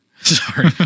Sorry